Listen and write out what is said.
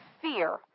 fear